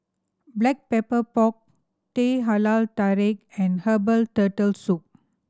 Black Pepper Pork Teh Halia Tarik and herbal Turtle Soup